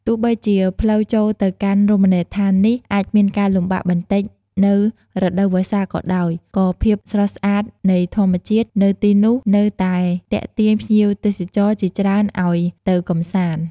ទោះបីជាផ្លូវចូលទៅកាន់រមណីយដ្ឋាននេះអាចមានការលំបាកបន្តិចនៅរដូវវស្សាក៏ដោយ ក៏ភាពស្រស់ស្អាតនៃធម្មជាតិនៅទីនោះនៅតែទាក់ទាញភ្ញៀវទេសចរជាច្រើនឱ្យទៅកម្សាន្ត។